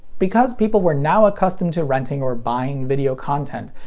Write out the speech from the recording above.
because people were now accustomed to renting or buying video content,